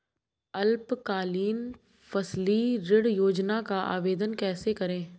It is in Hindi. अल्पकालीन फसली ऋण योजना का आवेदन कैसे करें?